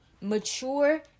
mature